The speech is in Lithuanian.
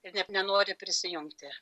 ir net nenori prisijungti